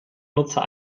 nutzer